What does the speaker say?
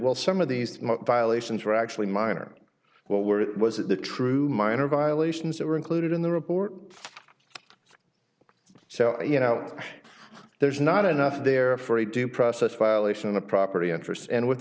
well some of these violations were actually minor but where it was the true minor violations that were included in the report so you know there's not enough they're afraid to process violation of property interests and with